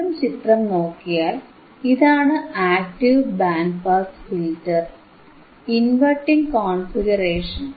വീണ്ടും ചിത്രം നോക്കിയാൽ ഇതാണ് active band pass filter inverting configuration